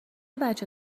بچه